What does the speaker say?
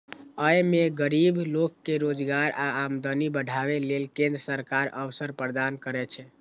अय मे गरीब लोक कें रोजगार आ आमदनी बढ़ाबै लेल केंद्र सरकार अवसर प्रदान करै छै